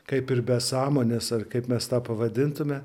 kaip ir be sąmonės ar kaip mes tą pavadintumėme